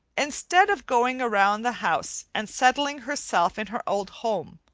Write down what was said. instead of going around the house and settling herself in her old home,